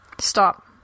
Stop